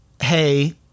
hey